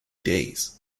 days